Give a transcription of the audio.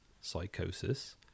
psychosis